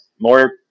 more